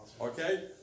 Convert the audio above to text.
okay